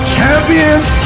Champions